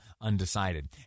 undecided